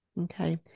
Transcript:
okay